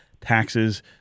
taxes